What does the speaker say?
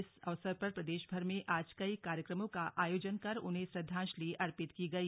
इस अवसर पर प्रदेशभर में आज कई कार्यक्रमों का आयोजन कर उन्हें श्रद्वाजंली अर्पित की गई